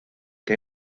que